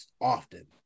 often